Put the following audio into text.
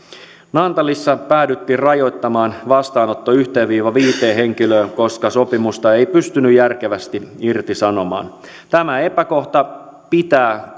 naantalissa päädyttiin rajoittamaan vastaanotto yhteen viiva viiteen henkilöön koska sopimusta ei pystynyt järkevästi irtisanomaan tämä epäkohta pitää